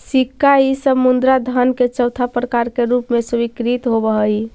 सिक्का इ सब मुद्रा धन के चौथा प्रकार के रूप में स्वीकृत होवऽ हई